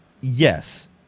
Yes